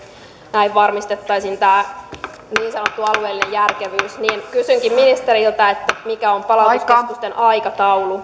näin varmistettaisiin tämä niin sanottu alueellinen järkevyys kysynkin ministeriltä mikä on palautuskeskusten aikataulu